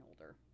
older